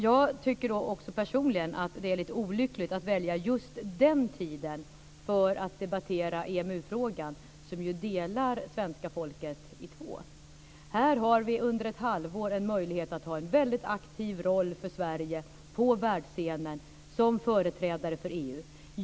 Jag tycker också personligen att det är lite olyckligt att välja just den här tiden för att debattera EMU frågan, som ju delar svenska folket i två sidor. Här har vi en möjlighet att under ett halvår ha en väldigt aktiv roll för Sverige på världsscenen som företrädare för EU.